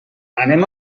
anem